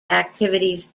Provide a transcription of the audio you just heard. activities